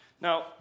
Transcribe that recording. Now